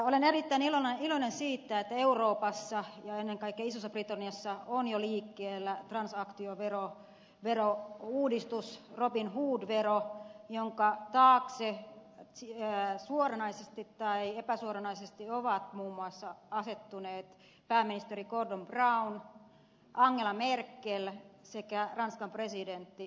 olen erittäin iloinen siitä että euroopassa ja ennen kaikkea isossa britanniassa on jo liikkeellä transaktioverouudistus robinhood vero jonka taakse suoranaisesti tai epäsuoranaisesti ovat asettuneet muun muassa pääministeri gordon brown angela merkel sekä ranskan presidentti sarkozy